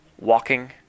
walking